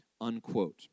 unquote